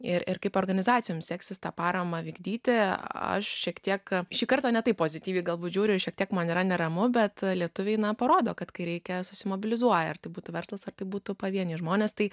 ir ir kaip organizacijoms seksis tą paramą vykdyti aš šiek tiek šį kartą ne taip pozityviai galbūt žiūriu šiek tiek man yra neramu bet lietuviai na parodo kad kai reikia susimobilizuoja ar tai būtų verslas ar tai būtų pavieniai žmonės tai